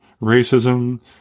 racism